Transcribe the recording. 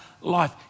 life